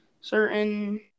certain